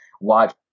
watch